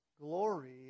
Glory